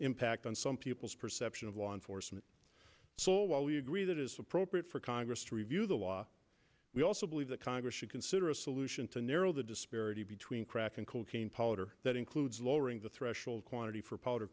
impact on some people's perception of law enforcement so while we agree that it is appropriate for congress to review the law we also believe that congress should consider a solution to narrow the disparity between crack and cocaine poller that includes lowering the threshold quantity for powder